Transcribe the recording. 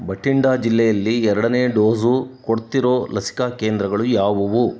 ಭಂಟಿಡಾ ಜಿಲ್ಲೆಯಲ್ಲಿ ಎರಡನೇ ಡೋಸು ಕೊಡ್ತಿರೊ ಲಸಿಕಾ ಕೇಂದ್ರಗಳು ಯಾವುವು